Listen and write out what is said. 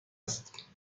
است